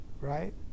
right